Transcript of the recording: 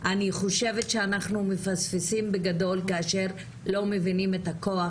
אני חושבת שאנחנו מפספסים בגדול כאשר לא מבינים את הכוח